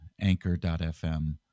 Anchor.fm